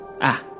Ah